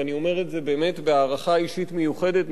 ואני אומר את זה באמת בהערכה אישית מיוחדת,